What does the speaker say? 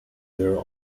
their